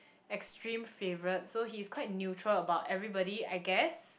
extreme favourite so he's quite neutral about everybody I guess